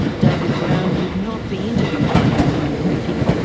david brown would not be interviewed by background briefing,